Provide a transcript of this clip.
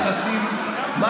איש השמאל זה ההוא מנאום בר אילן,